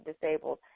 disabled